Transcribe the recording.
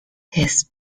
his